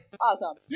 Awesome